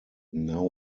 now